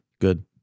Good